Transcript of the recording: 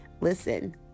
listen